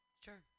Sure